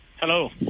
Hello